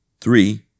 three